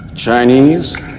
Chinese